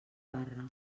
barra